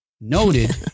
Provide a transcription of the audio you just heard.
noted